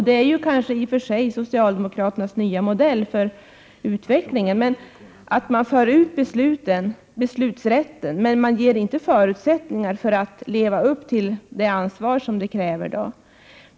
Det är kanske i och för sig socialdemokraternas nya modell för utvecklingen, men här för man ut beslutsrätten utan att ge de förutsättningar som krävs för att kunna leva upp till ansvaret.